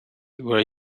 were